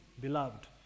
beloved